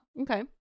Okay